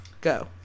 Go